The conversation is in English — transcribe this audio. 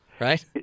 Right